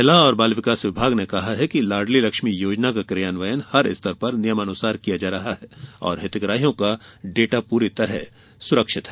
महिला और बाल विकास विभाग ने कहा है कि लाड़ली लक्ष्मी योजना का कियान्वयन हर स्तर पर नियमानुसार किया जा रहा है और हितग्राहियों का डाटा पूरी तरह सुरक्षित है